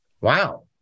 Wow